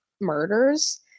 murders